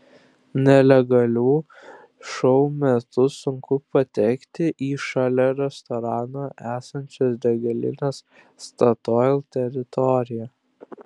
nelegalių šou metu sunku patekti į šalia restorano esančios degalinės statoil teritoriją